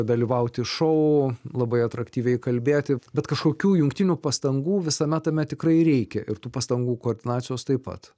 dalyvauti šou labai atraktyviai kalbėti bet kažkokių jungtinių pastangų visame tame tikrai reikia ir tų pastangų koordinacijos taip pat